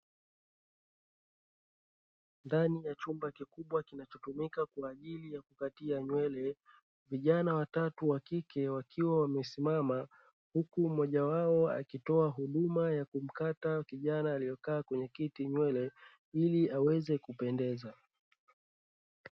Ndani ya chumba kikubwa kinachotumika kwa ajili ya kukatia nywele, vijana watatu wa kike wakiwa wamesimama huku mmoja wao akitoa huduma ya kunkata kijana aliyekaa kwenye kiti nywele ili aweze kupendeza.